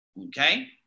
Okay